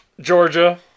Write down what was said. Georgia